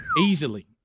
Easily